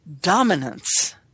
Dominance